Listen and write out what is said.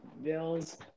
Bills